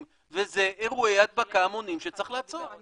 ואלה אירועי הדבקה המוניים שצריך לעצור.